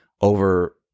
over